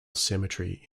cemetery